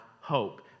hope